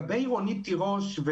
לגבי רונית תירוש,